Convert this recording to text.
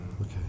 Okay